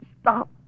stop